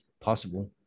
possible